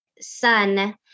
son